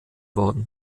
wurde